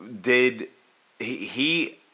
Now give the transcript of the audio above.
did—he